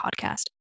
podcast